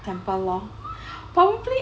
temple lor